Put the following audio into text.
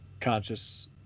conscious